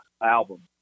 album